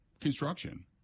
construction